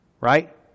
right